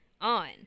on